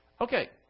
Okay